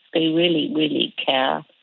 they really, really care,